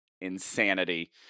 insanity